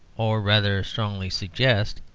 or, rather, strongly suggest,